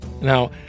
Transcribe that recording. Now